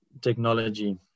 technology